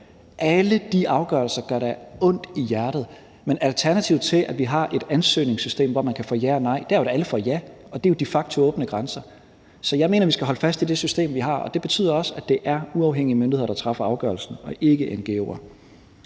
Alle de afgørelser gør da ondt i hjertet, men alternativet til, at vi har et ansøgningssystem, hvor man kan få ja eller nej, er jo, at alle får ja, og det er jo de facto åbne grænser. Så jeg mener, at vi skal holde fast i det system, vi har, og det betyder også, at det er uafhængige myndigheder, der træffer afgørelsen, og ikke ngo'er.